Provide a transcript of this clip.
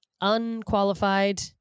unqualified